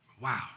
Wow